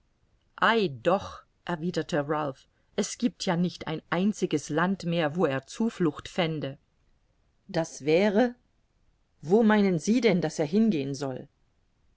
doch erwiderte ralph es giebt ja nicht ein einziges land mehr wo er zuflucht fände das wäre wo meinen sie denn daß er hingehen soll